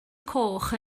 coch